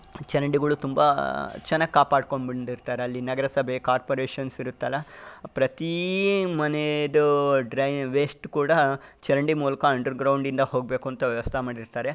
ಚರಂಡಿಗಳು ತುಂಬ ಚೆನ್ನಾಗಿ ಕಾಪಾಡ್ಕೊಂಬಂದಿರ್ತಾರೆ ಅಲ್ಲಿ ನಗರ ಸಭೆ ಕಾರ್ಪೊರೇಷನ್ಸ್ ಇರುತ್ತಲ್ಲ ಪ್ರತಿ ಮನೆಯದು ಡ್ರೈ ವೇಶ್ಟ್ ಕೂಡ ಚರಂಡಿ ಮೂಲಕ ಅಂಡ್ರ್ಗ್ರೌಂಡಿಂದ ಹೋಗಬೇಕು ಅಂತ ವ್ಯವಸ್ಥೆ ಮಾಡಿರ್ತಾರೆ